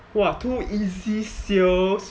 !wah! too easy [siol]